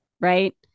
Right